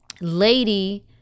Lady